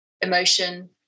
emotion